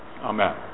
Amen